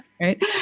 Right